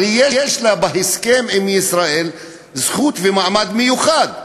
הרי יש לה בהסכם עם ישראל זכות ומעמד מיוחד,